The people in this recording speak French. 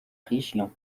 région